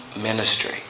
ministry